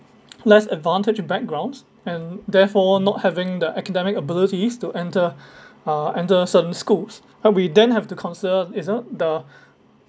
less advantaged backgrounds and therefore not having the academic abilities to enter uh enter certain schools what we then have to concern it's uh the